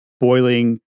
boiling